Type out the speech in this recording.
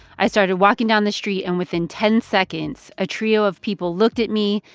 i started walking down the street, and within ten seconds, a trio of people looked at me,